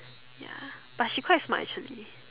ya but she quite smart actually